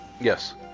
Yes